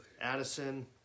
Addison